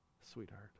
sweetheart